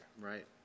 Right